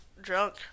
Drunk